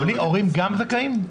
הורים גם זכאים?